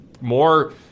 more